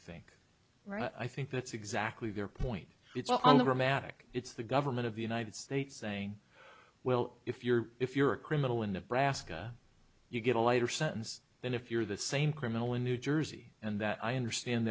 think right i think that's exactly their point it's on the romantic it's the government of the united states saying well if you're if you're a criminal in nebraska you get a lighter sentence than if you're the same criminal in new jersey and that i understand